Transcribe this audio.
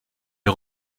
est